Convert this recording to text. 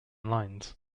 lines